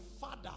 father